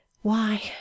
Why